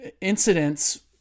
incidents